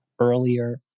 earlier